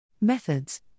Methods